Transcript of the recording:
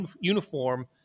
uniform